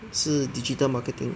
是 digital marketing